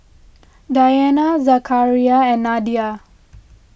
Dayana Zakaria and Nadia